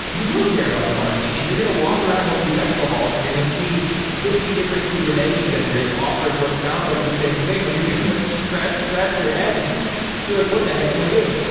you will care about the marketing, and you're going to walk around one of these expo halls and you're going to see fifty different kubernetes vendors offering what sounds like the same thing, and you're going to scratch scratch your head and be like, what the heck am i doing?